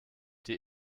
die